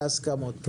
בהסכמות,